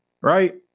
right